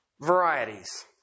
Varieties